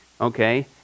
okay